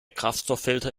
kraftstofffilter